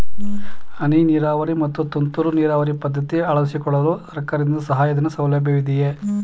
ಹನಿ ನೀರಾವರಿ ಮತ್ತು ತುಂತುರು ನೀರಾವರಿ ಪದ್ಧತಿ ಅಳವಡಿಸಿಕೊಳ್ಳಲು ಸರ್ಕಾರದಿಂದ ಸಹಾಯಧನದ ಸೌಲಭ್ಯವಿದೆಯೇ?